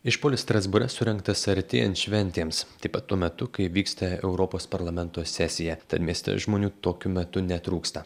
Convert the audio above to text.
išpuolis strasbūre surengtas artėjant šventėms taip pat tuo metu kai vyksta europos parlamento sesija tad mieste žmonių tokiu metu netrūksta